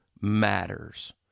matters